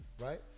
right